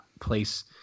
place